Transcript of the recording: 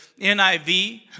NIV